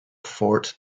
fort